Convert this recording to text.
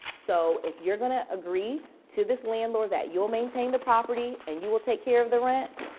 so, if you're going to agree to this landlord that you'll maintain the property and you will take care of the rent,